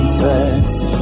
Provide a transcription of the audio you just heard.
fast